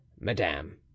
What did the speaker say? madame